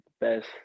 best